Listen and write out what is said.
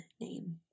name